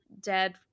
dead